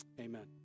Amen